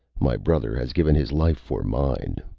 my brother has given his life for mine.